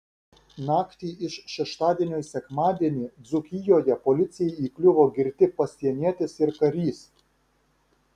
naktį iš šeštadienio į sekmadienį dzūkijoje policijai įkliuvo girti pasienietis ir karys